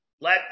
let